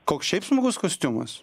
koks šiaip smagus kostiumas